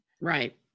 Right